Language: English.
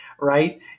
right